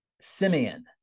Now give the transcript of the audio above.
Simeon